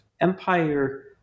empire